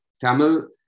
Tamil